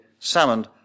Salmond